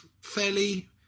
fairly